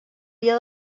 dia